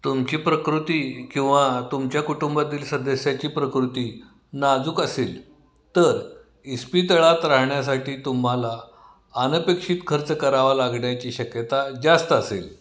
तुमची प्रकृती किंवा तुमच्या कुटुंबातील सदस्याची प्रकृती नाजूक असेल तर इस्पितळात राहण्यासाठी तुम्हाला अनपेक्षित खर्च करावा लागण्याची शक्यता जास्त असेल